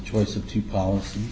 choice of two polic